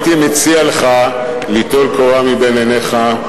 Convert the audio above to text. הייתי מציע לך ליטול קורה מבין עיניך,